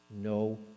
no